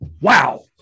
Wow